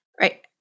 right